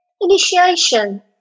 Initiation